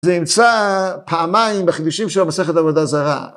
זה נמצא פעמיים בחידושים של המסכת עבודה זרה.